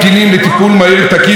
כפי שנעשה עד עכשיו,